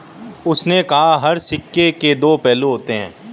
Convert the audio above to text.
उसने कहा हर सिक्के के दो पहलू होते हैं